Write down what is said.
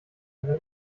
ihre